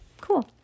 Cool